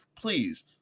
Please